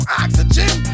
oxygen